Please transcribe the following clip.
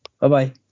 bye-bye